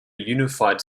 unified